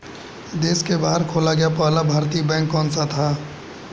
देश के बाहर खोला गया पहला भारतीय बैंक कौन सा था?